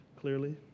clearly